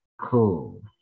Cool